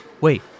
wait